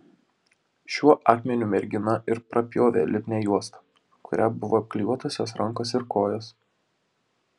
šiuo akmeniu mergina ir prapjovė lipnią juostą kuria buvo apklijuotos jos rankos ir kojos